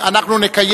מי ייתן